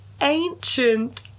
ancient